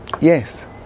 Yes